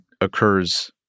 occurs